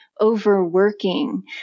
overworking